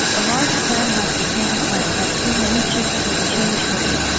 a large clan like the tang clan had too many chips to exchange for it.